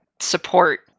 support